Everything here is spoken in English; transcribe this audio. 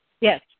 Yes